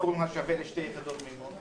מה זה "בתוספת לסכום השווה לשתי יחידות מימון"?